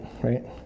right